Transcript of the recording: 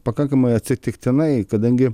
pakankamai atsitiktinai kadangi